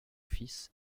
fils